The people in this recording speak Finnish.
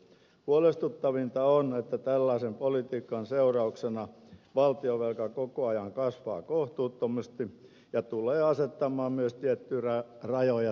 huolestuttavinta on että tällaisen politiikan seurauksena valtionvelka koko ajan kasvaa kohtuuttomasti ja tulee asettamaan myös tiettyjä rajoja tulevalle politiikalle